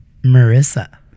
Marissa